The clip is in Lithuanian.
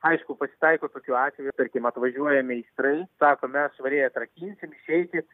aišku pasitaiko tokių atvejų tarkim atvažiuoja meistrai sakom mes švariai atrakinsim išeikit